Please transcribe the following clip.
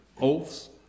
oaths